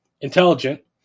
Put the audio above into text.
intelligent